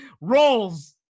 Rolls